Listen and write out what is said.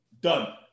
Done